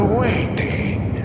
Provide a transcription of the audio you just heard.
waiting